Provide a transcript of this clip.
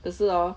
只是 orh